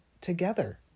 together